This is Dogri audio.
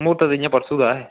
मुहूर्त ते इंया परसों दा ऐ